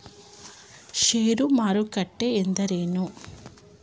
ಷೇರು ಮಾರುಕಟ್ಟೆ ಎಂದರೇನು?